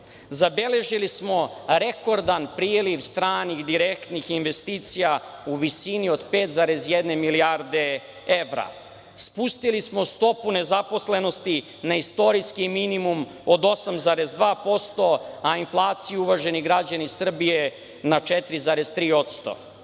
Evropi. Zabeležili smo rekordan priliv stranih direktnih investicija u visini od 5,1 milijarde evra. Spustili smo stopu nezaposlenosti na istorijski minimum od 8,2%, a inflaciju uvaženi građani Srbije na 4,3%.